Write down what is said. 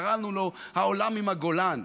קראנו לו העולם עם הגולן.